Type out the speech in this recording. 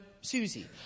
Susie